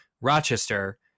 rochester